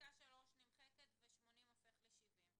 פסקה 3 נמחקת ו-80% הופך ל-70%.